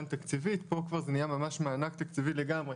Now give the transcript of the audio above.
תקציבית פה כבר זה נהיה ממש מענק תקציבי לגמרי,